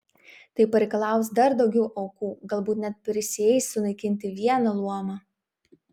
tai pareikalaus dar daugiau aukų galbūt net prisieis sunaikinti vieną luomą